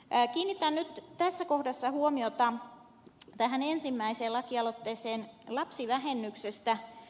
kiinnitän nyt tässä kohdassa huomiota ensimmäiseen lakialoitteeseen lapsivähennyksestä